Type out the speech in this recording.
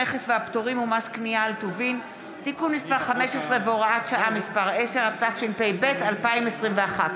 והיא תעבור להמשך דיון בוועדת העבודה והרווחה.